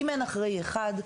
אם אין אחראי אחד,